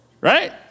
right